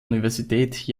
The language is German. universität